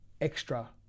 extra